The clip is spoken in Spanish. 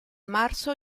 marzo